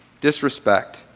disrespect